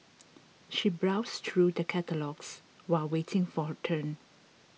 she browsed through the catalogues while waiting for her turn